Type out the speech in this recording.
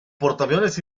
portaaviones